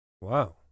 wow